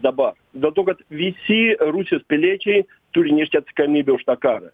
dabar dėl to kad visi rusijos piliečiai turi nešti atsakomybę už tą karą